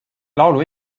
laulu